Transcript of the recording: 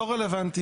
רלוונטי,